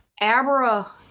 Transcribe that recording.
Abra